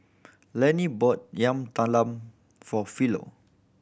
Lenny bought Yam Talam for Philo